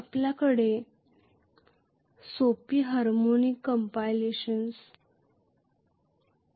नाही आपल्याकडे सोपी हार्मोनिक कंपाईलेशन्स आहेत